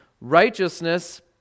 righteousness